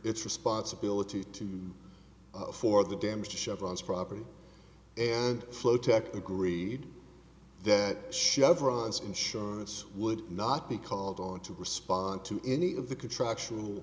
its responsibility to for the damage to chevron's property and flow tech agreed that chevron's insurance would not be called on to respond to any of the contractual